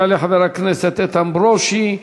יעלה חבר הכנסת איתן ברושי,